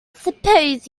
suppose